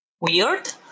weird